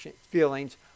feelings